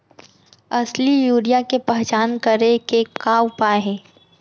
असली यूरिया के पहचान करे के का उपाय हे?